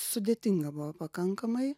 sudėtinga buvo pakankamai